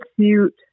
cute